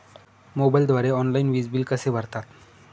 मोबाईलद्वारे ऑनलाईन वीज बिल कसे भरतात?